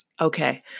Okay